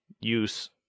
use